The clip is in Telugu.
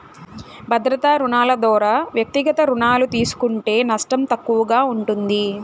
భద్రతా రుణాలు దోరా వ్యక్తిగత రుణాలు తీస్కుంటే నష్టం తక్కువగా ఉంటుంది